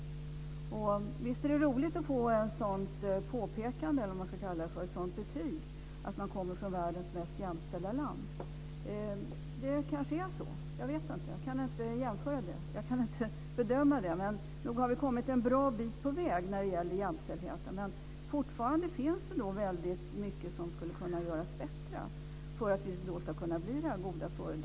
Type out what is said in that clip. Visst är det roligt att höra att man kommer från världens mest jämställda land. Det kanske är så, jag vet inte. Jag kan inte bedöma det, men nog har vi kommit en bra bit på väg när det gäller jämställdheten. Men fortfarande är det mycket som skulle kunna göras bättre för att vi ska kunna bli ett gott föredöme.